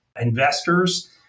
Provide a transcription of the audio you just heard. investors